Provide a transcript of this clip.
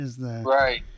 Right